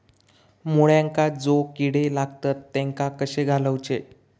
मुळ्यांका जो किडे लागतात तेनका कशे घालवचे?